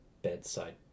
bedside